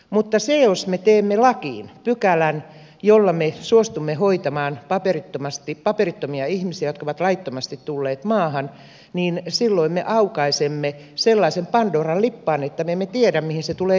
mutta jos me teemme lakiin pykälän jolla me suostumme hoitamaan paperittomia ihmisiä jotka ovat laittomasti tulleet maahan silloin me aukaisemme sellaisen pandoran lippaan että me emme tiedä mihin se tulee johtamaan